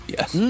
Yes